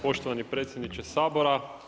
Poštovani predsjedniče Sabora.